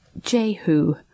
jehu